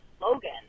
Logan